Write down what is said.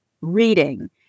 reading